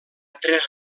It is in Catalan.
tres